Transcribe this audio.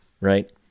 right